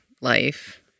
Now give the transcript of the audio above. life